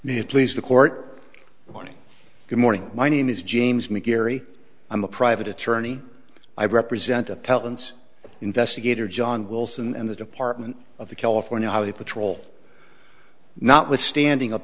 new please the court morning good morning my name is james mcgarry i'm a private attorney i represent appellants investigator john wilson and the department of the california highway patrol notwithstanding a